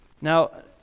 Now